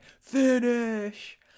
finish